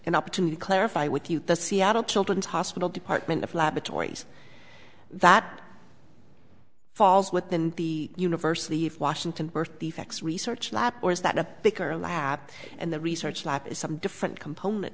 an opportunity to clarify with you the seattle children's hospital department of laboratories that falls within the universe leave washington birth defects research lab or is that a baker lap and the research lab is some different component